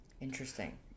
interesting